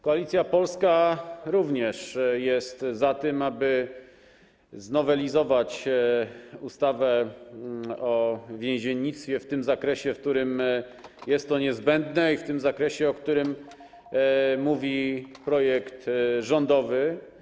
Koalicja Polska również jest za tym, aby znowelizować ustawę o więziennictwie w tym zakresie, w którym jest to niezbędne, i w tym zakresie, o którym mówi projekt rządowy.